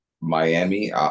Miami